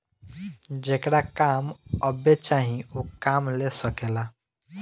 जेकरा काम अब्बे चाही ऊ काम ले सकेला